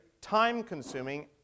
time-consuming